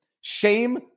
shame